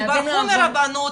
הם ברחו מהרבנות,